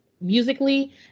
musically